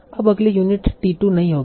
अब अगली unit t 2 नहीं होगी